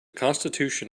constitution